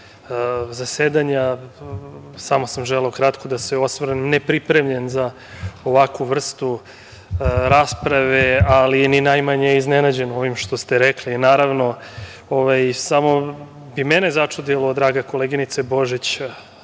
zasedanja. Samo sam želeo kratko da se osvrnem, nepripremljen za ovakvu vrstu rasprave, ali ni najmanje iznenađen ovim što ste rekli, naravno. Samo bi mene začudilo, draga koleginice Božić,